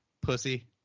pussy